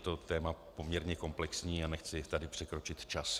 Je to téma poměrně komplexní a nechci tady překročit čas.